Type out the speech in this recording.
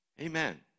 Amen